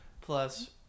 plus